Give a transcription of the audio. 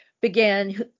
began